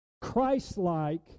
Christ-like